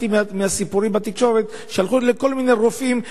אני הבנתי מהסיפורים בתקשורת ששלחו לכל מיני רופאים,